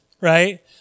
right